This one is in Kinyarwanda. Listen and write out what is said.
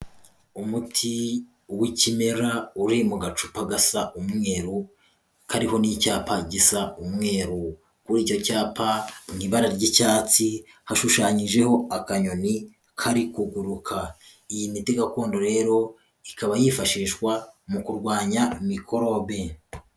Umuti w'ikimera uri mu gacupa gasa umweru kariho n'icyapa gisa umweru, kuri icyo cyapa ni ibara ry'icyatsi hashushanyijeho akanyoni kari kuguruka, iyi miti gakondo rero ikaba yifashishwa mu kurwanya mikorobe.